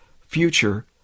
future